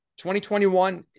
2021—